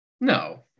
No